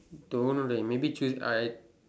don't know leh maybe choose I